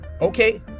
okay